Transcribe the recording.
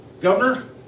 Governor